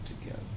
together